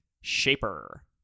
Shaper